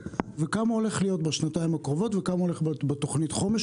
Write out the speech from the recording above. כמה הולך להיות בשנתיים הקרובות וכמה הולך בתוכנית החומש,